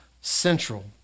central